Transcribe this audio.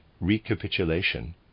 recapitulation